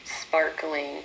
sparkling